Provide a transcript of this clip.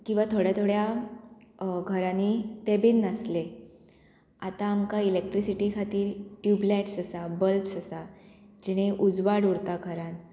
किंवां थोड्या थोड्या घरांनी ते बीन नासले आतां आमकां इलेक्ट्रिसिटी खातीर ट्यूबलायट्स आसा बल्ब्स आसा जेणे उजवाड उरता घरान